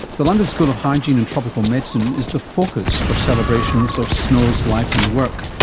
the london school of hygiene and tropical medicine is the focus for celebrations of snow's life and work,